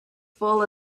full